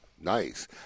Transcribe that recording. Nice